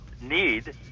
need